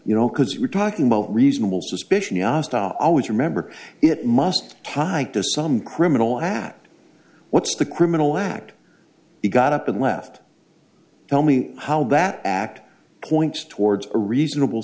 you know because we're talking about reasonable suspicion ya stop always remember it must tag to some criminal act what's the criminal act you got up and left tell me how that act points towards a reasonable